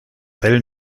fell